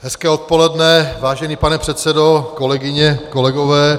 Hezké odpoledne, vážený pane předsedo, kolegyně, kolegové.